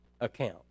account